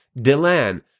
Delan